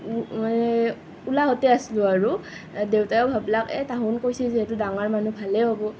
মানে উলাহতে আছিলোঁ আৰু দেউতাইও ভাবিলে এ তাহোন কৈছে যিহেতু ডাঙৰ মানুহ ভালেই হ'ব